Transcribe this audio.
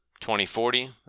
2040